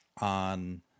on